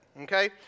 Okay